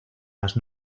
las